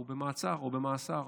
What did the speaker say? הוא במעצר או במאסר.